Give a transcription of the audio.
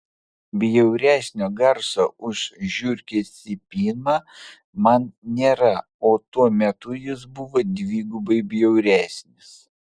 bjauresnio garso už žiurkės cypimą man nėra o tuo metu jis buvo dvigubai bjauresnis